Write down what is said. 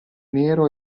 nero